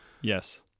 yes